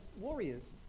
warriors